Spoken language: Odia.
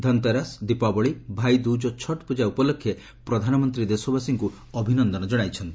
ଧନତେରସ୍ ଦୀପାବଳି ଭାଇଦୁଜ୍ ଓ ଛଟ୍ପୂଜା ଉପଲକ୍ଷେ ପ୍ରଧାନମନ୍ତୀ ଦେଶବାସୀଙ୍କୁ ଅଭିନନ୍ଦନ ଜଣାଇଛନ୍ତି